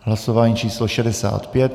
Hlasování číslo 65.